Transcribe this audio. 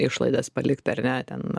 išlaidas palikt ar ne ten